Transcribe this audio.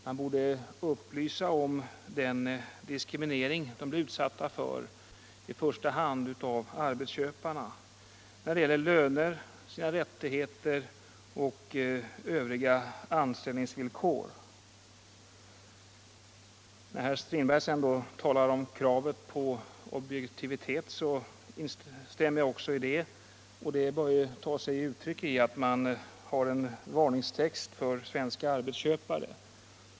Man borde upplysa om den diskriminering de blir utsatta för, i första hand av arbetsköparna när det gäller löner, rättigheter och Övriga anställningsvillkor. : När herr Strindberg sedan talar om kravet på objektivitet instämmer jag också i det, och det bör ta sig uttryck i att man har en text med varning för svenska arbetsköpare.